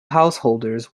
householders